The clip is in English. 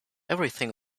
everything